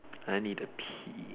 I need to pee